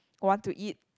want to eat